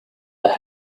the